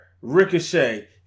Ricochet